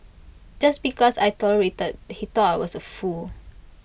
just because I tolerated he thought I was A fool